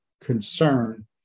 concern